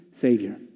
Savior